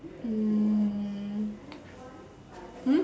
um um